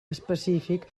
específic